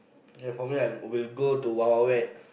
and probably like will like go to Wild-Wild-Wet